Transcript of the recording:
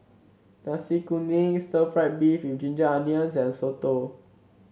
Nasi Kuning Stir Fried Beef with Ginger Onions and soto